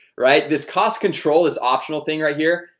right? this cost control is optional thing right here.